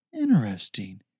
Interesting